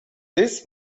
this